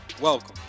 Welcome